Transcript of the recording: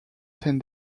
ten